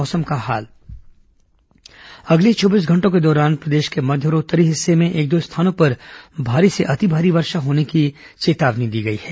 मौसम अगले चौबीस घंटों के दौरान प्रदेश के मध्य और उत्तरी हिस्से में एक दो स्थानों पर भारी से अति भारी वर्षा होने की चेतावनी दी गई है